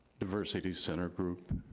diversity center group.